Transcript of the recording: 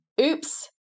oops